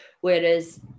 Whereas